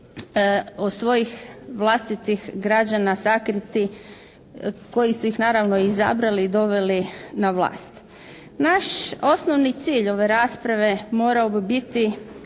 od svojih vlastitih građana sakriti, koji su ih naravno i izabrali i doveli na vlast. Naš osnovni cilj ove rasprave morao bi biti